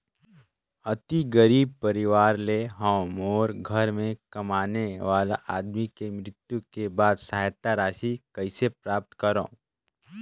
अति गरीब परवार ले हवं मोर घर के कमाने वाला आदमी के मृत्यु के बाद सहायता राशि कइसे प्राप्त करव?